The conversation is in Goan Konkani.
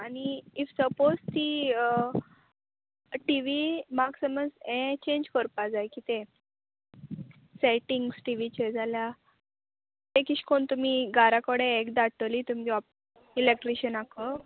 आनी इफ सपोज ती टी वी म्हाक समज हे चेंज करपा जाय कितें सेटिंग्स टीवीचे जाल्या तें किश कोन्न तुमी गाराकोडे एक धाडटली तुमगे ऑप इलॅक्ट्रिशनाको